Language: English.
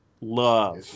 love